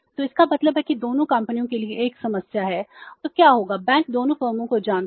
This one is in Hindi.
तो इसका मतलब है कि दोनों कंपनियों के लिए एक समस्या है तो क्या होगा बैंक दोनों फर्मों को जानता है